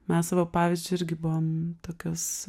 mes savo pavyzdžiu irgi buvom tokios